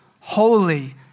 holy